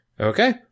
Okay